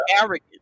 arrogant